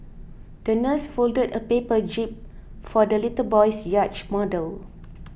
the nurse folded a paper jib for the little boy's yacht model